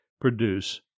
produce